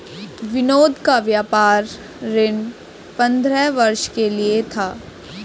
विनोद का व्यापार ऋण पंद्रह वर्ष के लिए था